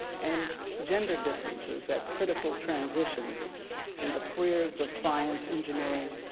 and gender differences at critical transitions in the careers of science, engineering,